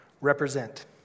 Represent